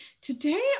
today